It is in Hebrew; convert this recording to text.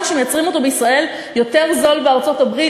שמייצרים אותו בישראל יותר זול בארצות-הברית,